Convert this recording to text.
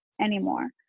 anymore